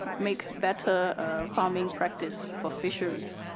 make better farming practice for fisheries.